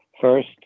first